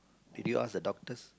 did you ask the doctors